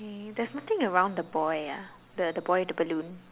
okay there's nothing around the boy ah the the boy with the balloon